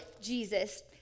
Jesus